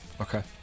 Okay